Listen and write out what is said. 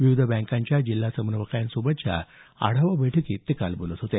विविध बँकांच्या जिल्हा समन्वयकांसोबतच्या आढावा बैठकीत ते बोलत होते